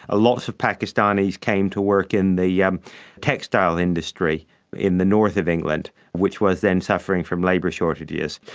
ah lots of pakistanis came to work in the yeah textile industry in the north of england, which was then suffering from labour shortages.